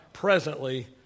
presently